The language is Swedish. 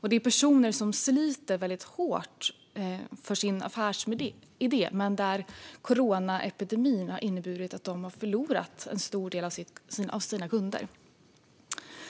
Jag blir kontaktad av personer som sliter väldigt hårt för sin affärsidé men har förlorat en stor del av sina kunder på grund av coronaepidemin.